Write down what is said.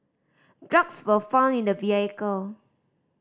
drugs were found in the vehicle